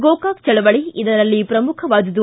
ಗೋಕಾಕ್ ಚಳವಳಿ ಅದರಲ್ಲಿ ಪ್ರಮುಖವಾದುದು